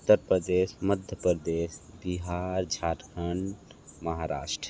Uttar Pradesh Madhya Pradesh Bihar Jharkhand Maharashtra